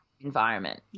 environment